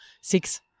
six